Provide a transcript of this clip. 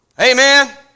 Amen